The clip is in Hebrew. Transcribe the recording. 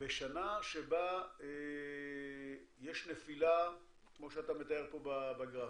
בשנה שבה יש נפילה, כמו שאתה מתאר פה בגרפים,